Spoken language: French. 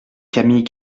camille